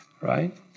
right